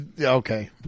okay